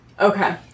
Okay